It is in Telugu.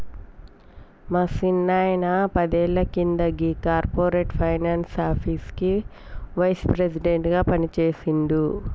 మా సిన్నాయిన పదేళ్ల కింద గీ కార్పొరేట్ ఫైనాన్స్ ఆఫీస్లకి వైస్ ప్రెసిడెంట్ గా పనిజేసిండు